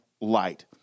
light